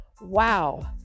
wow